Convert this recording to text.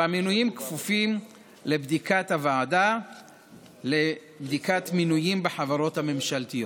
והמינויים כפופים לבדיקת הוועדה לבדיקת מינויים בחברות הממשלתיות.